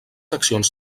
accions